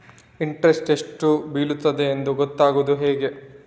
Interest ಎಷ್ಟು ಬೀಳ್ತದೆಯೆಂದು ಗೊತ್ತಾಗೂದು ಹೇಗೆ?